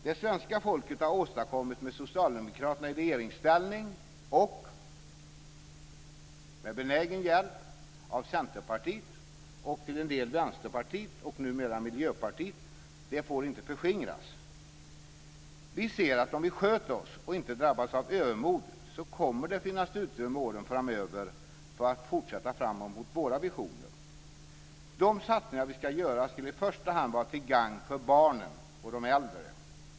Det svenska folket har åstadkommit med Socialdemokraterna i regeringsställning, och med benägen hjälp av Centerpartiet och till en del Vänsterpartiet och numera Miljöpartiet, får inte förskingras. Vi ser att om vi sköter oss och inte drabbas av övermod så kommer det att finnas utrymme åren framöver för att fortsätta framåt mot våra visioner. De satsningar vi ska göra ska i första hand vara till gagn för barnen och de äldre.